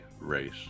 race